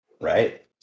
right